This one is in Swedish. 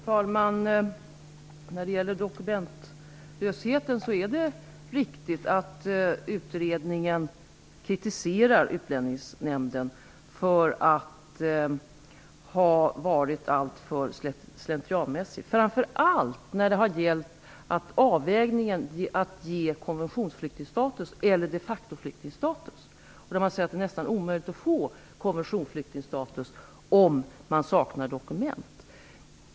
Fru talman! I fråga om dokumentlösheten är det riktigt att utredningen kritiserar Utlänningsnämnden för att ha varit alltför slentrianmässig, framför allt när det har gällt avvägningen mellan att ge konventionsflyktingstatus eller de factoflyktingstatus. Det sägs att det nästan är omöjligt att få konventionsflyktingstatus om man saknar dokument.